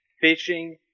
fishing